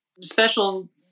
special